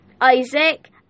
Isaac